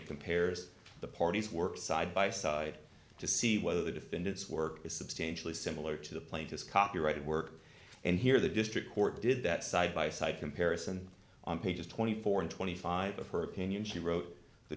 it compares the parties work side by side to see whether the defendant's work is substantially similar to the plaintiff's copyrighted work and here the district court did that side by side comparison on pages twenty four and twenty five of her opinion she wrote the